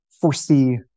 foresee